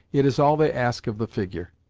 it is all they ask of the figure.